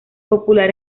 popular